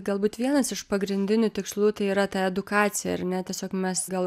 galbūt vienas iš pagrindinių tikslų tai yra ta edukacija ar ne tiesiog mes gal